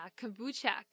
kombucha